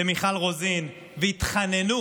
מיכל רוזין, שהתחננו